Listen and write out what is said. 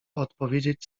odpowiedzieć